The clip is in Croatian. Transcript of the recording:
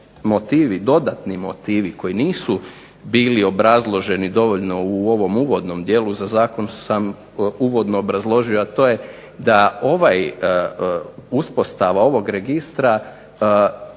motivi, dodatni motivi koji nisu bili obrazloženi dovoljno u ovom uvodnom dijelu, za zakon sam uvodno obrazložio, a to je da uspostava ovog registra